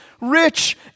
rich